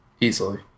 Easily